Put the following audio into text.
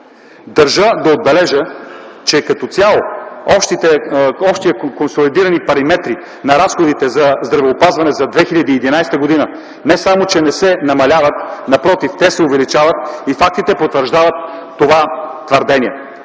Държа да отбележа, че като цяло общите консолидирани параметри на разходите за здравеопазване за 2011 г., не само че не се намаляват, напротив, те се увеличават. Фактите потвърждават това твърдение.